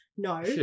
no